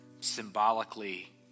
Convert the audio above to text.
symbolically